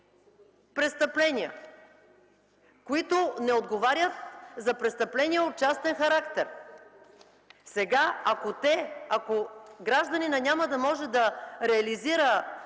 престъпления, които не отговарят за престъпления от частен характер. Сега, ако гражданинът няма да може да реализира